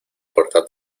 puerta